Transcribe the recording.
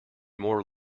more